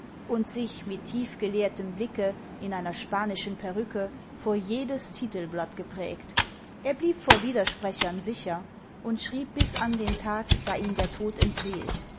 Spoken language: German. und sich mit tiefgelehrtem blicke in einer spanischen perücke vor jedes titelblatt geprägt er blieb vor widersprechern sicher und schrieb bis an den tag da ihn der tod entseelt